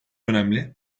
önemli